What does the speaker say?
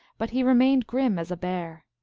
but he remained grim as a bear.